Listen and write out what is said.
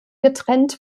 getrennt